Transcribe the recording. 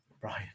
Brian